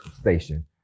station